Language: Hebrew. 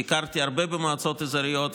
ביקרתי בהרבה מועצות אזוריות,